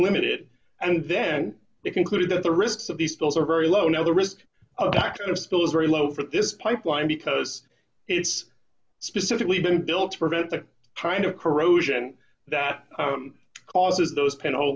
limited and then you conclude that the risks of these pills are very low now the risk of dr still is very low for this pipeline because it's specifically been built to prevent the kind of corrosion that causes those pinhole